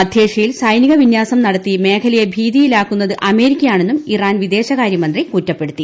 മധ്യേഷ്യയിൽ സൈനിക വിന്യാസം നടത്തി മേഖലയെ ഭീതിയിലാക്കുന്നത് അമേരിക്കയാണെന്നും ഇറാൻ വിദേശകാര്യമന്ത്രി കുറ്റപ്പെടുത്തി